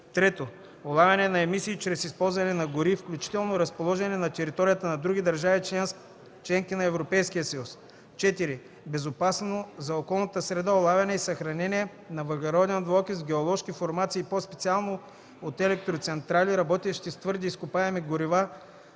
3. улавяне на емисии чрез използване на гори, включително разположени на територията на други държави - членки на Европейския съюз; 4. безопасно за околната среда улавяне и съхранение на CO2 в геоложки формации и по-специално от електроцентрали, работещи с твърди изкопаеми горива,